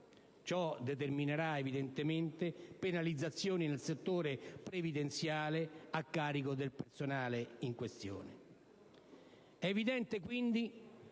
Ciò determinerà evidentemente penalizzazioni nel settore previdenziale a carico del personale in questione. È evidente, quindi,